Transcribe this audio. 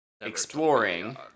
exploring